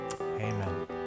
Amen